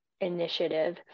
initiative